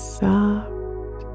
soft